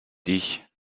dich